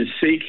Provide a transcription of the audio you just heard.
seek